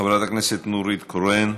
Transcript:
חברת הכנסת נורית קורן,